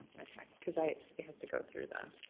okay, because. it it has to go through the.